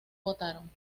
votaron